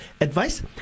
advice